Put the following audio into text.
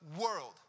world